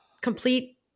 complete –